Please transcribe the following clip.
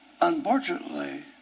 Unfortunately